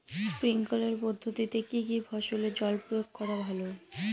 Sprinkler পদ্ধতিতে কি কী ফসলে জল প্রয়োগ করা ভালো?